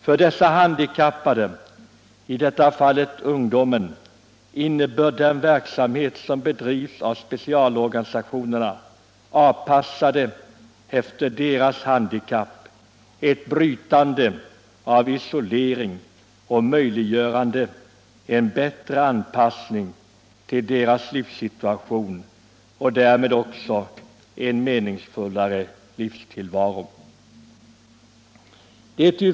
För dessa handikappade, i detta fall ungdomen, innebär den verksamhet som bedrivs av specialorganisationerna, avpassad efter deras handikapp, ett brytande av isoleringen. Den möjliggör också en bättre anpassning till deras livssituation och därmed en mer meningsfull tillvaro.